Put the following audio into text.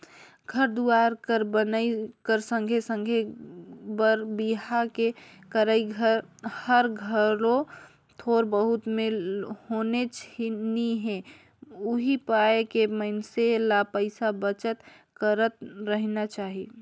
घर दुवार कर बनई कर संघे संघे बर बिहा के करई हर घलो थोर बहुत में होनेच नी हे उहीं पाय के मइनसे ल पइसा बचत करत रहिना चाही